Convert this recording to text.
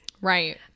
Right